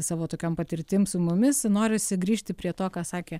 savo tokiom patirtim su mumis norisi grįžti prie to ką sakė